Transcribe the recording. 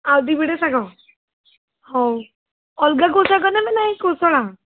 ଆଉ ଦୁଇ ବିଡ଼ା ଶାଗ ହଉ ଅଲଗା କେଉଁ ଶାଗ ନେବେ ନା ଏହି କୋଶଳା